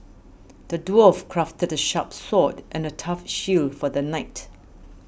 the dwarf crafted a sharp sword and a tough shield for the knight